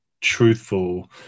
truthful